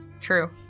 True